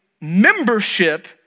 membership